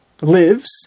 lives